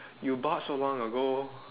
you bought so long ago